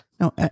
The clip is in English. No